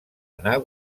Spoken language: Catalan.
anar